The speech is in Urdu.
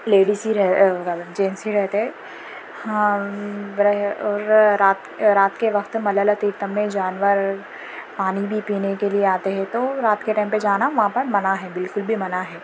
لیڈیس ہی رہ جینٹس ہی رہتے ہے رات رات کے وقت ملالا تیرتم میں جانور پانی بھی پینے کے لیے آتے ہیں تو رات کے ٹائم پہ جانا وہاں پر منع ہے بالکل بھی منع ہے